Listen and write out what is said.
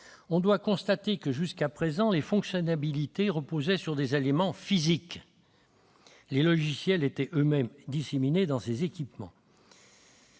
il faut constater que, jusqu'à présent, les fonctionnalités reposaient sur des éléments physiques, les logiciels étant eux-mêmes disséminés dans ces équipements.